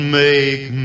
make